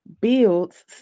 builds